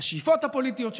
השאיפות הפוליטיות שלך,